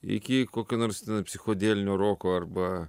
iki kokio nors psichodelinio roko arba